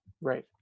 Right